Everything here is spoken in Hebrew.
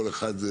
כל אחד.